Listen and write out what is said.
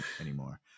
anymore